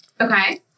Okay